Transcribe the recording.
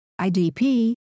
IDP